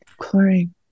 chlorine